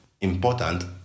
important